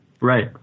Right